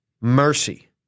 mercy